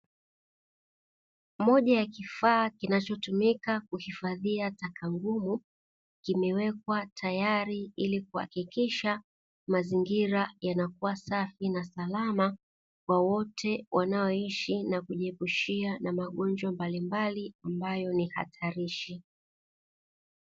Moja ya kifaa kinachotumika kuhifadhia taka ngumu, kimewekwa tayari ili kuhakikisha mazingira yana kuwa safi na salama kwa wote wanaoishi na kujiepushia na magonjwa mbalimbali ambayo ni hatarishi.